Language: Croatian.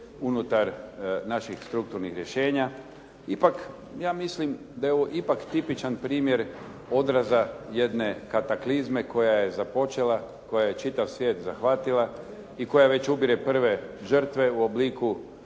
unutar naših strukturnih rješenja, ipak ja mislim da je ovo ipak tipičan primjer odraza jedne kataklizme koja je započela, koja je čitav svijet zahvatila i koja već ubire prve žrtve u obliku